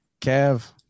Kev